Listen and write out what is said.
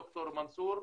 ד"ר מנסור,